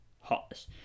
Hotness